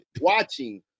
watching